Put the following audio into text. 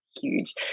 huge